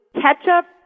ketchup